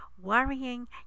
worrying